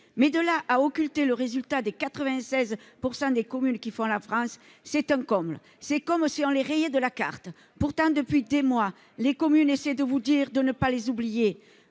de là à occulter le résultat de 96 % des communes qui font la France ... C'est un comble : c'est comme si on les rayait de la carte ! Pourtant, depuis des mois, les communes essaient de vous dire de ne pas les oublier.